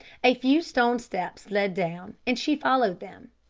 a few stone steps led down and she followed them.